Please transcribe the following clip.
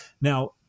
now